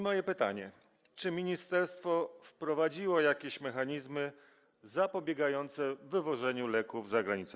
Moje pytanie: Czy ministerstwo wprowadziło jakieś mechanizmy zapobiegające wywożeniu leków za granicę?